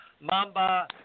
Mamba